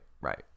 right